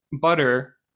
butter